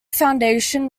foundation